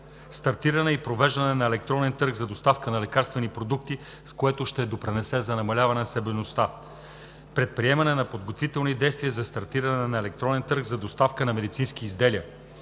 стартиране и провеждане на електронен търг за доставка на лекарствени продукти, което ще допринесе за намаляване на себестойността; - предприемане на подготвителни действия за стартиране на електронен търг за доставка на медицински изделия;